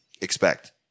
expect